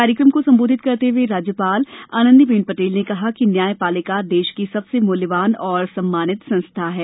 कार्यक्रम को संबोधित करते हए राज्यपाल आनंदीबेन पटेल ने कहा कि न्यायपालिका देश की सबसे मूल्यवान और सम्मानित संस्था है